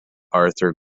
arthur